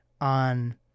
on